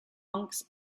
hermits